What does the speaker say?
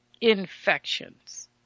infections